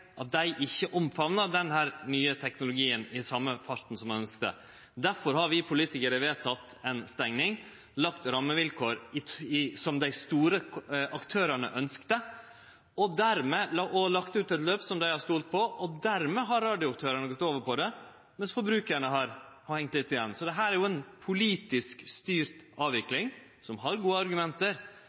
at dei ikkje omfamnar denne nye teknologien i same farten som vi ønskte. Derfor har vi politikarar vedteke ei stenging, lagt rammevilkår som dei store aktørane ønskte, og lagt eit løp som dei har stolt på. Dermed har radioaktørane gått over på det, mens forbrukarane har hengt litt igjen. Så dette er ei politisk styrt avvikling, som har gode argument,